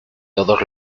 todos